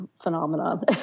phenomenon